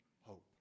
hope